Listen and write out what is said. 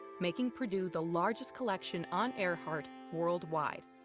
making purdue the largest collection on earhart worldwide.